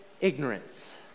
ignorance